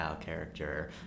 character